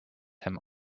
him